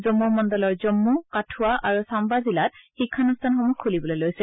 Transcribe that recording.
জন্মু মণ্ডলৰ জম্ম কাথূৱা আৰু চান্না জিলাত শিক্ষানুষ্ঠানসমূহ খুলিবলৈ লৈছে